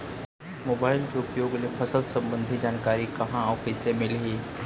Mobile के उपयोग ले फसल सम्बन्धी जानकारी कहाँ अऊ कइसे मिलही?